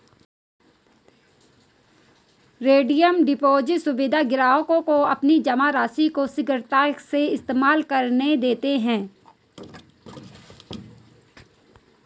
redeem deposit सुविधा ग्राहकों को अपनी जमा राशि को शीघ्रता से इस्तेमाल करने देते है